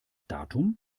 datum